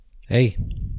Hey